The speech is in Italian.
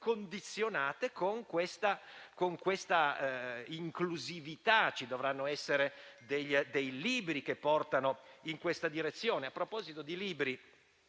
condizionate con questa inclusività e dovranno esserci dei libri che portano in tale direzione. A proposito di libri,